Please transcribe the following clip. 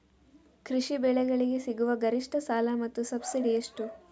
ಕೃಷಿ ಬೆಳೆಗಳಿಗೆ ಸಿಗುವ ಗರಿಷ್ಟ ಸಾಲ ಮತ್ತು ಸಬ್ಸಿಡಿ ಎಷ್ಟು?